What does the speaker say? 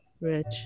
Rich